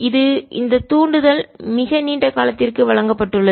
இது இந்த தூண்டுதல் மிக நீண்ட காலத்திற்கு வழங்கப்பட்டுள்ளது